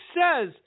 says